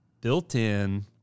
built-in